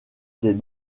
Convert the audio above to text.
des